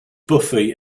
buffy